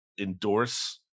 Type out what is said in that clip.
endorse